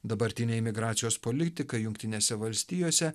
dabartinė imigracijos politika jungtinėse valstijose